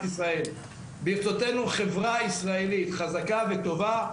ישראל: ברצותנו חברה ישראלית חזקה וטובה,